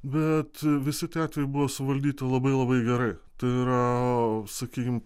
bet visi tie atvejai buvo suvaldyti labai labai gerai tai yra sakykim